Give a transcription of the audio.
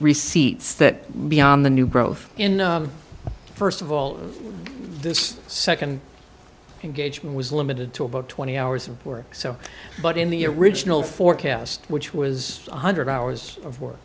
receipts that beyond the new growth in the first of all this second engagement was limited to about twenty hours or so but in the original forecast which was one hundred hours of work